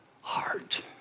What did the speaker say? heart